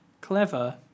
clever